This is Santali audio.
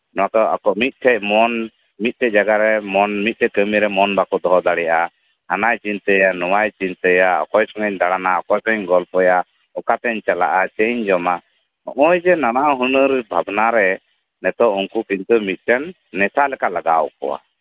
ᱱᱚᱣᱟ ᱠᱚᱫᱚ ᱢᱤᱫᱴᱮᱡ ᱢᱚᱱ ᱠᱟᱹᱢᱤᱨᱮ ᱢᱚᱱ ᱵᱟᱠᱚ ᱫᱚᱦᱚ ᱫᱟᱲᱮᱭᱟᱜᱼᱟ ᱦᱟᱱᱟᱭ ᱪᱤᱱᱛᱟᱹᱭᱟ ᱱᱚᱣᱟᱭ ᱪᱤᱱᱛᱟᱹᱭᱟ ᱚᱠᱚᱭ ᱥᱚᱝᱜᱮᱧ ᱫᱟᱬᱟᱱᱟ ᱚᱠᱚᱭ ᱥᱚᱝᱜᱤᱧ ᱜᱚᱞᱯᱚᱭᱟ ᱚᱠᱟ ᱛᱤᱧ ᱪᱟᱞᱟᱜᱼᱟ ᱪᱮᱛ ᱤᱧ ᱡᱚᱢᱟ ᱱᱚᱜ ᱚᱭ ᱡᱮ ᱱᱟᱱᱟ ᱦᱩᱱᱟᱹᱨ ᱵᱷᱟᱵᱽᱱᱟ ᱨᱮ ᱱᱤᱛᱚᱜ ᱢᱤᱫᱴᱮᱱ ᱱᱮᱥᱟ ᱞᱮᱠᱟ ᱞᱟᱜᱟᱣ ᱟᱠᱚᱣᱟ